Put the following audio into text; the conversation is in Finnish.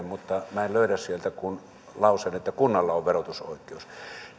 mutta minä en löydä sieltä kuin lauseen että kunnalla on verotusoikeus